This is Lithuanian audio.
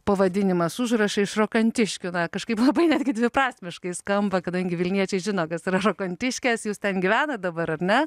pavadinimas užrašai iš rokantiškių na kažkaip labai netgi dviprasmiškai skamba kadangi vilniečiai žino kas yra rokntiškės jūs ten gyvenat dabar ar ne